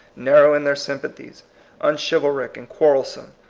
narrow in their sympa thies, unchivalric and quarrelsome.